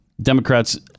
Democrats